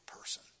person